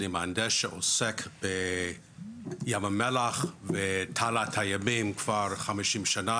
אני מהנדס שעוסק בים המלח ובתעלת הימים כבר 50 שנה,